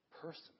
person